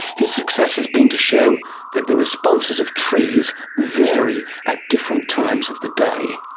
his success has been to show that the responses of trees vary at different times of the day